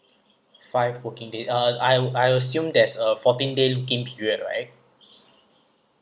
five working day uh I I assume that's a fourteen day working period right